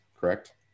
correct